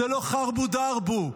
זה לא חרבו דרבו,